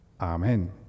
Amen